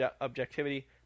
objectivity